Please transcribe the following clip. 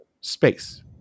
space